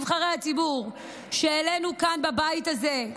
נבחרי הציבור שהעלינו כאן בבית הזה,